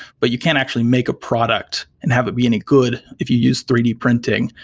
but you can't actually make a product and have it be any good if you use three d printing.